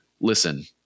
listen